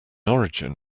origin